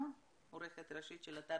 עורכת ראשית של אתר